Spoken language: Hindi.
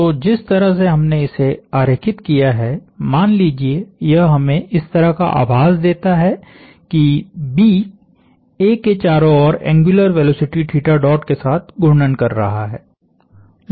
तो जिस तरह से हमने इसे आरेखित किया है मान लीजिये यह हमें इस तरह का आभास देता है कि B A के चारों ओर एंग्युलर वेलोसिटी के साथ घूर्णन कर रहा है